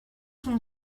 son